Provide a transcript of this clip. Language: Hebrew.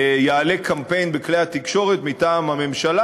יעלה בכלי התקשורת קמפיין מטעם הממשלה,